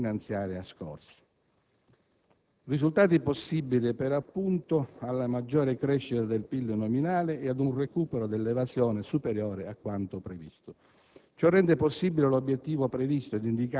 rispetto all'obiettivo sottostante alla legge finanziaria scorsa. Tali risultati sono possibili, appunto, grazie alla maggior crescita del PIL nominale e ad un recupero dell'evasione superiore a quanto previsto.